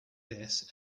this